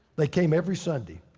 they came every sunday.